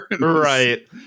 Right